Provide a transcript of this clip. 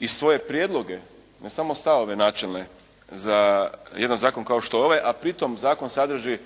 i svoje prijedloge, ne samo stavove načelne za jedan zakon kao što je ovaj, a pri tom zakon sadrži